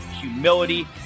humility